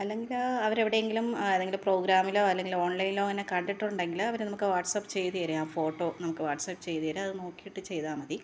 അല്ലെങ്കിൽ അവർ എവിടെയെങ്കിലും ആരെങ്കിലും പ്രോഗ്രാമിലോ അല്ലെങ്കിൽ ഓണ്ലൈനിലോ അങ്ങനെ കണ്ടിട്ടുണ്ടെങ്കിൽ അവർ നമുക്ക് വാട്ട്സ്അപ്പ് ചെയ്തു തരും ആ ഫോട്ടോ നമുക്ക് വാട്ട്സ്അപ്പ് ചെയ്തു തരും അത് നോക്കിയിട്ട് ചെയ്താൽ മതി